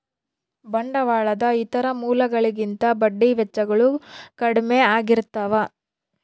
ಬಂಡವಾಳದ ಇತರ ಮೂಲಗಳಿಗಿಂತ ಬಡ್ಡಿ ವೆಚ್ಚಗಳು ಕಡ್ಮೆ ಆಗಿರ್ತವ